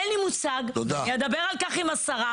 אין לי מושג אני אדבר על כך עם השרה,